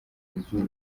izuba